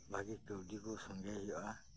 ᱵᱷᱟᱜᱤ ᱠᱟᱣᱰᱤ ᱠᱚ ᱥᱚᱸᱜᱮ ᱦᱩᱭᱩᱜᱼᱟ